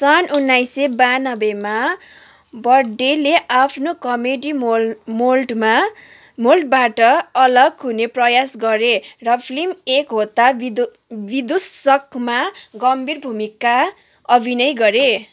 सन् उन्नाइस से बयान्नब्बेमा बर्डेले आफ्नो कमेडी मोल्ड मोल्डमा मोल्डबाट अलग हुने प्रयास गरे र फिल्म एक होता विदु विदुशकमा गम्भीर भूमिका अभिनय गरे